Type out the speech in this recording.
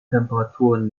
temperaturen